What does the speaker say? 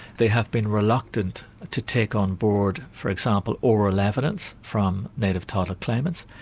they have been reluctant to take on board for example, oral evidence from native title claimants.